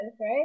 right